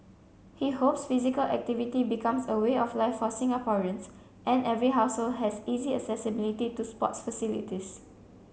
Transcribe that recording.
he hopes physical activity becomes a way of life for Singaporeans and every household has easy accessibility to sports facilities